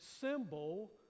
symbol